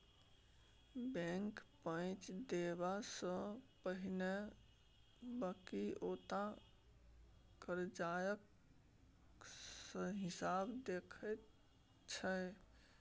bank पैंच देबा सँ पहिने बकिऔता करजाक हिसाब देखैत छै